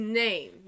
name